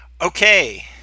okay